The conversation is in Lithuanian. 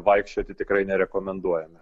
vaikščioti tikrai nerekomenduojame